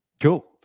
cool